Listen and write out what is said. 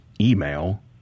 email